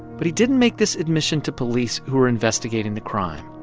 but he didn't make this admission to police who were investigating the crime.